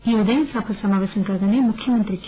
ఈ రోజు ఉదయం సభ సమావేశం కాగానే ముఖ్యమంత్రి కే